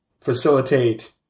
facilitate